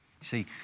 See